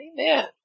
Amen